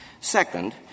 Second